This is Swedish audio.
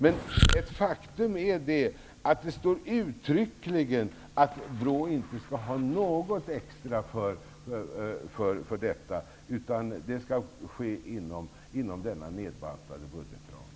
Ett faktum är dock att det uttryckligen står att BRÅ inte skall ha några extra resurser för detta, utan att det arbetet skall ske inom den nedbantade budgetramen.